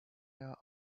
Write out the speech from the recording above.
her